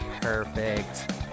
perfect